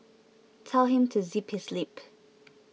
tell him to zip his lip